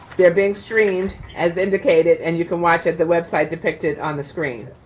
they're being streamed as indicated, and you can watch at the website depicted on the screen,